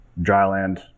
Dryland